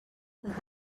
this